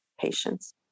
patients